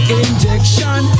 injection